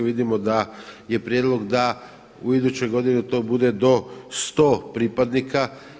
Vidimo da je prijedlog da u idućoj godini to bude do 100 pripadnika.